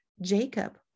Jacob